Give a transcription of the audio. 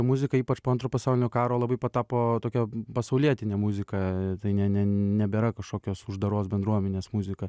muzika ypač po antrojo pasaulinio karo labai patapo tokia pasaulietine muzika tai ne ne nebėra kažkokios uždaros bendruomenės muzika